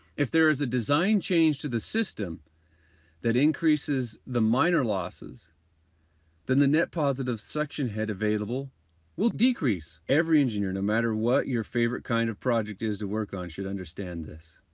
if there is a design change to the system that increases the minor losses then the net positive suction head available will decrease. every engineer no matter what your favorite kind of project is to work on should understand this.